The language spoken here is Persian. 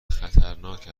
خطرناک